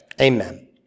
Amen